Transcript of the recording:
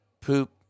Poop